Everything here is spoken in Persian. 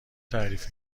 تعریف